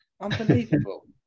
Unbelievable